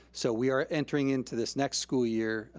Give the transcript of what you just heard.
so we are entering into this next school year.